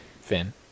Finn